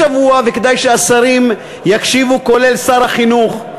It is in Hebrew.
השבוע, וכדאי שהשרים יקשיבו, כולל שר החינוך,